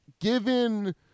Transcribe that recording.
Given